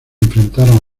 enfrentaron